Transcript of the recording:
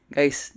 Guys